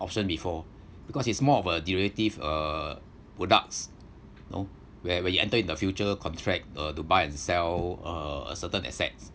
option before because it's more of a derivative uh products you know whe~ when you enter in the future contract uh to buy and sell uh a certain assets